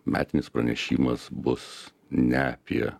metinis pranešimas bus ne apie